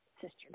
sister